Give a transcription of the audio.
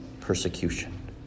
persecution